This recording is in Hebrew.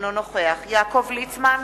אינו נוכח יעקב ליצמן,